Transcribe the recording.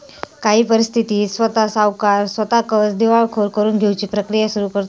काही परिस्थितीत स्वता सावकार स्वताकच दिवाळखोर करून घेउची प्रक्रिया सुरू करतंत